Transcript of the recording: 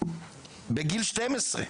בגיל 12,